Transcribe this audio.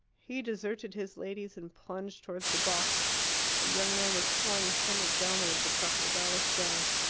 he deserted his ladies and plunged towards the box young man was flung stomach downwards across the balustrade.